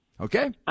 Okay